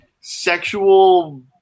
sexual